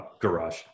garage